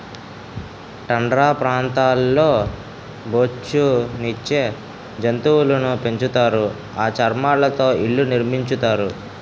tundra ప్రాంతాల్లో బొఉచ్చు నిచ్చే జంతువులును పెంచుతారు ఆ చర్మాలతో ఇళ్లు నిర్మించుతారు